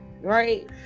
right